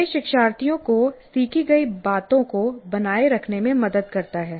यह शिक्षार्थियों को सीखी गई बातों को बनाए रखने में मदद करता है